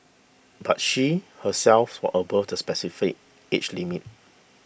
but she herself was above the specified age limit